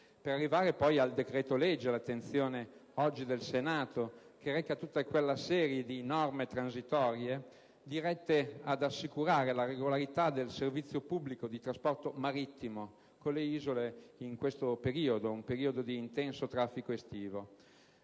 Si arriva quindi al decreto-legge all'attenzione oggi del Senato, che reca una serie di norme transitorie, dirette ad assicurare la regolarità del servizio pubblico di trasporto marittimo con le isole nel periodo di intenso traffico estivo,